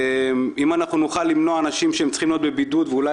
אם לא נוכל למנוע מאנשים שצריכים להיות בידוד ושאולי